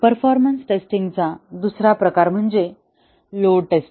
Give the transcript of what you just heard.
performance टेस्टिंगचा दुसरा प्रकार म्हणजे लोड टेस्टिंग